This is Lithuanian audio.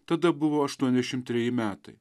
tada buvo aštuoniasdešim treji metai